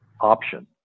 option